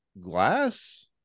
glass